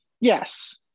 Yes